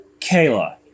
Kayla